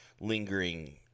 lingering